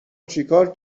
چیکار